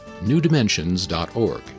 newdimensions.org